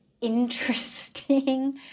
interesting